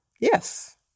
Yes